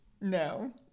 No